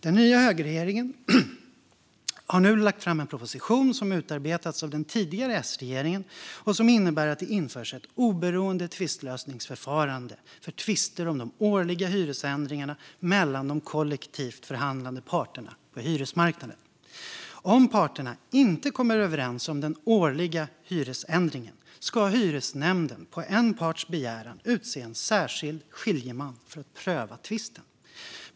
Den nya högerregeringen har nu lagt fram en proposition som har utarbetats av den tidigare S-regeringen och som innebär att det införs ett oberoende tvistlösningsförfarande för tvister om de årliga hyresändringarna mellan de kollektivt förhandlande parterna på hyresmarknaden. Om parterna inte kommer överens om den årliga hyresändringen ska hyresnämnden på en parts begäran utse en särskild skiljeman för att pröva tvisten.